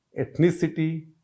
ethnicity